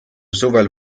suvel